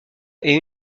est